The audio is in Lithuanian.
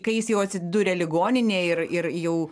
kai jis jau atsidūrė ligoninėj ir ir jau